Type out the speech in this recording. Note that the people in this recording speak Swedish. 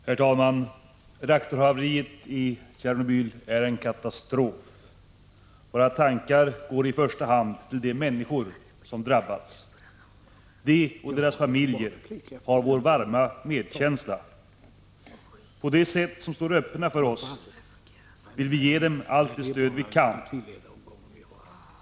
Herr talman! Reaktorhaveriet i Tjernobyl är en katastrof. Våra tankar går i första hand till de människor som har drabbats. De och deras familjer har vår varma medkänsla. På de sätt som står öppna för oss vill vi ge dem allt det stöd vi kan.